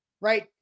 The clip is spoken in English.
right